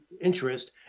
interest